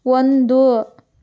ಒಂದು